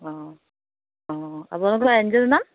অঁ অঁ আপোনালোকৰ এন জি অ'টোৰ নাম